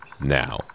Now